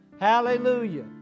Hallelujah